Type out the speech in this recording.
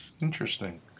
Interesting